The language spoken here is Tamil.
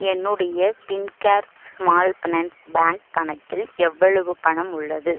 என்னுடைய பின்கேர் ஸ்மால் ஃபைனான்ஸ் பேங்க் கணக்கில் எவ்வளவு பணம் உள்ளது